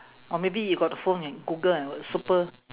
or maybe you got the phone and google the word super